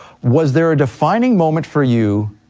was there a defining moment for you,